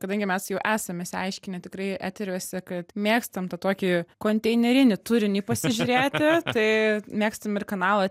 kadangi mes jau esam išsiaiškinę tikrai eteriuose kad mėgstam tą tokį konteinerinį turinį pasižiūrėti tai mėgstam ir kanalą